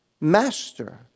master